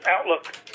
outlook